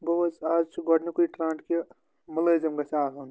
گوٚو حظ آز چھِ گۄڈنیِٛکُے ٹرٛنٛڈ کہِ مُلٲزِم گَژھہِ آسُن